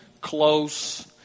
close